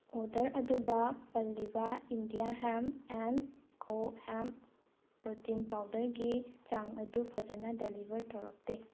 order ꯑꯗꯨꯗ ꯄꯜꯂꯤꯕ India hemp and co hemp protein ꯄꯥꯎꯗꯔꯒꯤ ꯆꯥꯡ ꯑꯗꯨ ꯐꯖꯅ ꯗꯦꯂꯤꯕꯔ ꯇꯧꯔꯛꯇꯦ